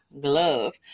glove